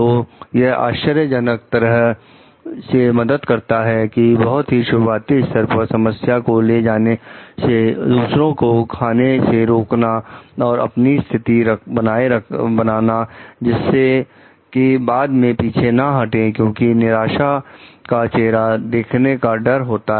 तो यह आश्चर्यजनक तरह से मदद करता है कि बहुत ही शुरुआती स्तर पर समस्या को ले जाने से दूसरों को खाने से रोकना और अपनी स्थिति बनाना जिससे कि बाद में पीछे ना हटे क्योंकि निराशा का चेहरा देखने का डर होगा